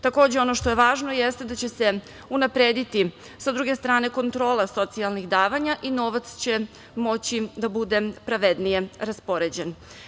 Takođe, ono što je važno jeste da će se unaprediti sa druge strane kontrola socijalnih davanja i novac će moći da bude pravednije raspoređen.